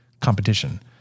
competition